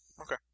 Okay